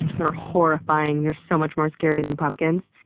they're horrifying. they're so much more scary than pumpkins.